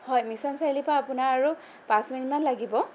হয় মিছন চাৰিআলিৰ পৰা আপোনাৰ আৰু পাঁচ মিনিটমান লাগিব